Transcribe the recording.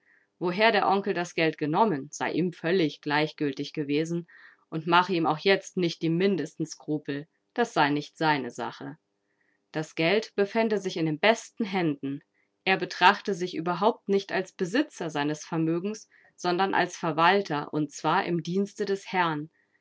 woher der onkel das geld genommen sei ihm völlig gleichgültig gewesen und mache ihm auch jetzt nicht die mindesten skrupel das sei nicht seine sache das geld befände sich in den besten händen er betrachte sich überhaupt nicht als besitzer seines vermögens sondern als verwalter und zwar im dienste des herrn